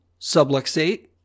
subluxate